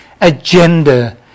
agenda